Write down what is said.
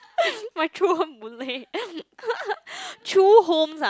my true home Boon-Lay true home ah